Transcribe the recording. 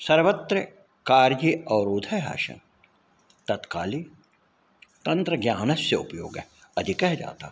सर्वत्र कार्ये अवरोधः आसन् तत्काले तन्त्रज्ञानस्य उपयोगः अधिकः जातः